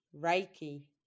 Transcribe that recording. Reiki